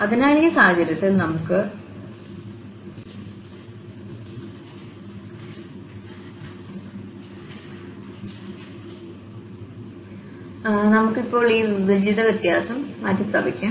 അതിനാൽ ഈ സാഹചര്യത്തിൽ നമുക്ക് ഇപ്പോൾ ഈ വിഭജിത വ്യത്യാസം മാറ്റിസ്ഥാപിക്കാം